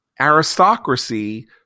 aristocracy